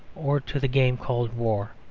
or to the game called war.